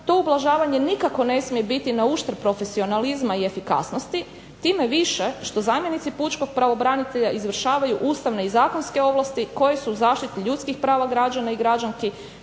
to ublažavanje nikako ne smije biti na uštrb profesionalizma i efikasnosti, tim više što zamjenici pučkog pravobranitelja izvršavaju ustavne i zakonske ovlasti koje su u zaštiti ljudskih prava građana i građanki